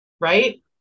right